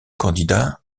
candidat